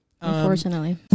Unfortunately